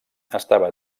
estava